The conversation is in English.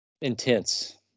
Intense